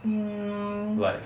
um